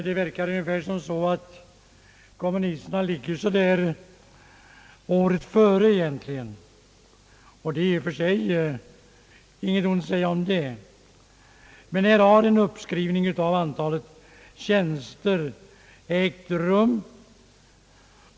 Det verkar ungefär som så, att kommunisterna alltid ligger året före, och det är i och för sig inget ont att säga om det. En uppskrivning av antalet tjänster har emellertid ägt rum.